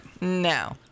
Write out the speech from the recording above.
No